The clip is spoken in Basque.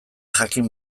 jakin